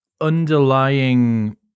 underlying